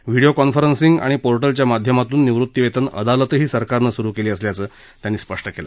video conferencing आणि पोर्टलच्या माध्यमातून निवृत्तीवेतन अदालतही सरकारनं सुरू केली असल्याचं त्यांनी स्पष्ट केलं